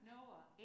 Noah